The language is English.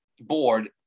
board